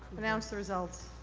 announce the result.